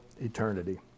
eternity